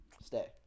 Stay